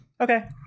Okay